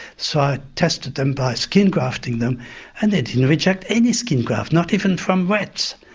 so i tested them by skin grafting them and they didn't reject any skin graft, not even from rats,